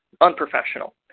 unprofessional